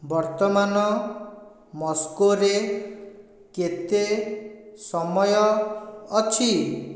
ବର୍ତ୍ତମାନ ମସ୍କୋରେ କେତେ ସମୟ ଅଛି